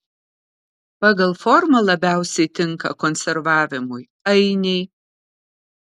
pagal formą labiausiai tinka konservavimui ainiai